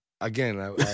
Again